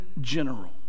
general